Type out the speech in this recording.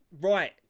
right